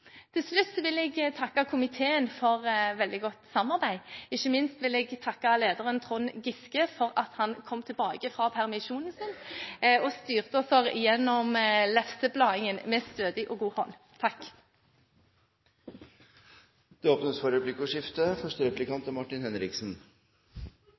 Til slutt vil jeg takke komiteen for veldig godt samarbeid, ikke minst vil jeg takke lederen, Trond Giske, for at han kom tilbake fra permisjonen sin og styrte oss gjennom lefseblaingen med stødig og god hånd. Det blir replikkordskifte. Jeg vil gjerne gi honnør ikke bare til taleren, for